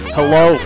Hello